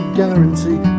guarantee